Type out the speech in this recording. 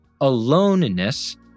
aloneness